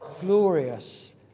glorious